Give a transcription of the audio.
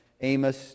Amos